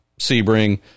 Sebring